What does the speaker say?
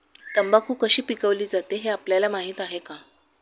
तंबाखू कशी पिकवली जाते हे आपल्याला माहीत आहे का?